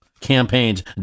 Campaigns